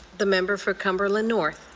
the member for cumberland north.